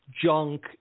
junk